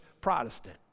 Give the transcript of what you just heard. protestant